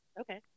Okay